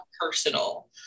personal